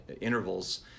intervals